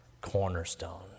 cornerstone